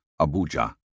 Abuja